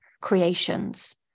creations